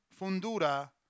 Fundura